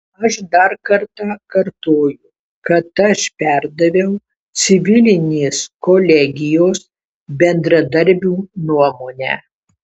aš dar kartą kartoju kad aš perdaviau civilinės kolegijos bendradarbių nuomonę